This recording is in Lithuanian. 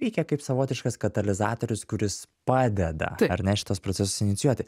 veikia kaip savotiškas katalizatorius kuris padeda ar ne šitus procesus inicijuoti